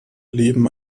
leben